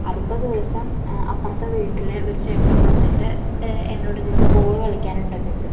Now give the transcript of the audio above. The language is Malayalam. അടുത്ത ദിവസം അപ്പുറത്തെ വീട്ടിലെ ഒരു ചെക്കൻ വന്നിട്ട് എന്നോട് ചോദിച്ച് ബോള് കളിക്കാനുണ്ടോ ചോദിച്ചു